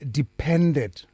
depended